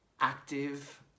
active